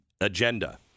agenda